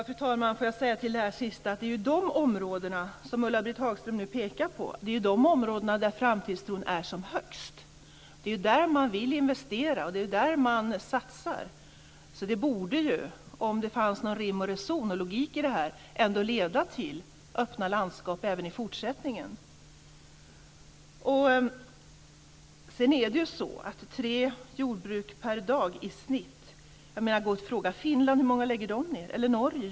Fru talman! När det gäller det sista som sades vill jag säga att det ju är i de områden som Ulla-Britt Hagström nu pekar på som framtidstron är som störst. Det är ju där som man vill investera, och det är där som man satsar. Om det finns någon rim och reson och logik i det här borde det leda till öppna landskap även i fortsättningen. Det handlar om tre jordbruk per dag i snitt. Fråga hur många som läggs ned i Finland eller Norge.